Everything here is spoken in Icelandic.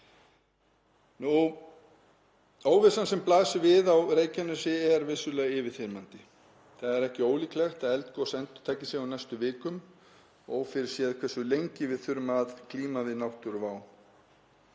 Óvissan sem blasir við á Reykjanesi er vissulega yfirþyrmandi. Það er ekki ólíklegt að eldgos endurtaki sig á næstu vikum og ófyrirséð hversu lengi við þurfum að glíma við náttúruvá.